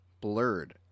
blurred